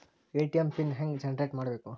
ATM PIN ಹೆಂಗ್ generate ಮಾಡಬೇಕು?